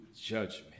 judgment